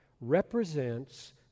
represents